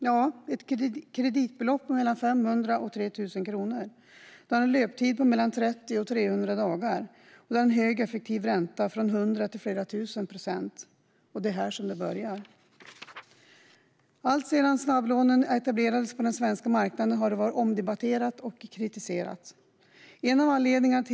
Jo, det har ett kreditbelopp på mellan 500 och 3 000 kronor, en löptid på mellan 30 och 300 dagar och en hög effektiv ränta från 100 till flera tusen procent. Det är här det börjar. Alltsedan snabblånen etablerades på den svenska marknaden har de varit omdebatterade och kritiserade.